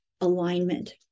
alignment